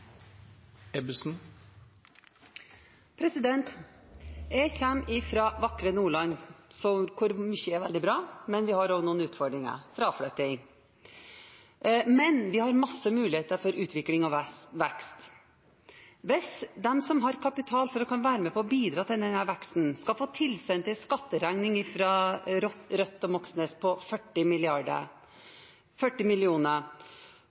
veldig bra, men vi har også noen utfordringer med fraflytting. Vi har imidlertid masse muligheter for utvikling og vekst. Hvis de som har kapital til å kunne være med på å bidra til denne veksten, skal få tilsendt en skatteregning fra Rødt og Moxnes på 40